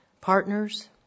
partners